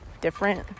different